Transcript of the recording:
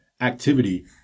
activity